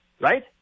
right